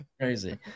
crazy